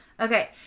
Okay